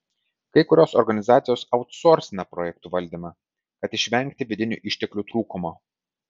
kai kurios organizacijos autsorsina projektų valdymą kad išvengti vidinių išteklių trūkumo